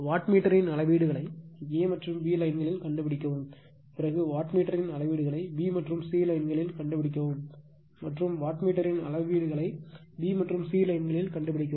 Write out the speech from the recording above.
வாட்மீட்டரின் அளவீடுகளை a மற்றும் b லைன்களில் கண்டுபிடிக்கவும் பிறகு வாட்மீட்டரின் அளவீடுகளை b மற்றும் c லைன்களில் கண்டுபிடிக்கவும் மற்றும் வாட்மீட்டரின் அளவீடுகளை b மற்றும் c லைன்களில் கண்டுபிடிக்கவும்